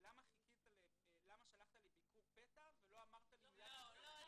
למה שלחת לי ביקור פתע ולא אמרת לי --- לא.